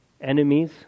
enemies